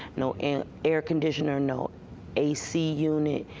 no and air-conditioner, no a c unit,